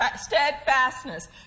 steadfastness